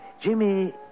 Jimmy